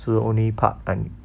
to only park and